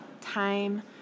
time